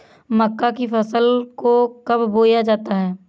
मक्का की फसल को कब बोया जाता है?